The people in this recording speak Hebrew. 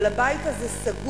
אבל הבית הזה סגור,